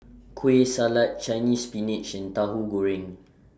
Kueh Salat Chinese Spinach and Tahu Goreng